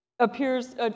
appears